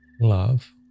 love